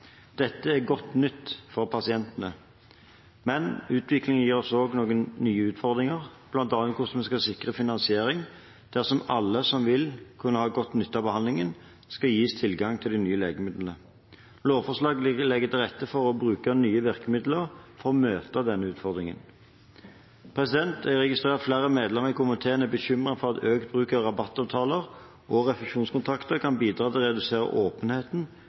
Dette er godt nytt for pasientene. Men utviklingen gir oss også noen nye utfordringer, bl.a. hvordan vi skal sikre finansiering dersom alle som vil kunne ha god nytte av behandlingen, skal gis tilgang til de nye legemidlene. Lovforslaget legger til rette for å bruke nye virkemidler for å møte denne utfordringen. Jeg registrerer at flere medlemmer i komiteen er bekymret for at økt bruk av rabattavtaler og refusjonskontrakter kan bidra til å redusere åpenheten